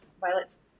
Violet's